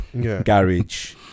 Garage